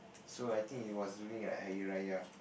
so I think it was during like Hari Raya